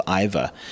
Iva